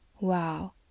Wow